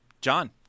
john